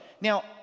Now